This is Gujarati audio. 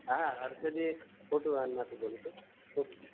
હા હરસિદ્ધિ ફૂટવેરમાંથી બોલું છું